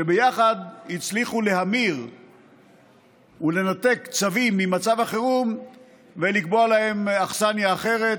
שביחד הצליחו להמיר ולנתק צווים ממצב החירום ולקבוע להם אכסניה אחרת,